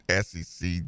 SEC